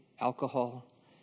alcohol